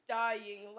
dying